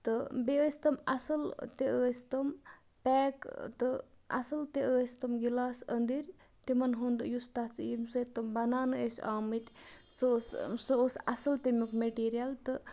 تہٕ بیٚیہِ ٲسۍ تِم اَصٕل تہِ ٲسۍ تِم پیک تہٕ اَصل تہِ ٲسۍ تِم گَلاس أندٕرۍ تِمن ہُند یُس تَتھ ییٚمہِ سۭتۍ تِم بنان ٲسۍ آمٕتۍ سُہ اوس سُہ اوس اَصٕل تَمیُک میٹیٖریل تہٕ